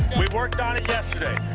we worked on it yesterday.